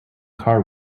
car